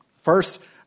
First